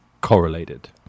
correlated